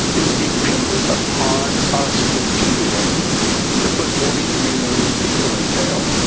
is dependent upon us continuing to put forty three million people in jail.